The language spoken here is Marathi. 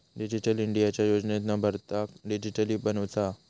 डिजिटल इंडियाच्या योजनेतना भारताक डीजिटली बनवुचा हा